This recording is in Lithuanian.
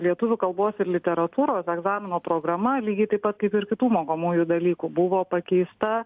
lietuvių kalbos ir literatūros egzamino programa lygiai taip pat kaip ir kitų mokomųjų dalykų buvo pakeista